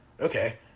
okay